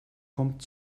kommt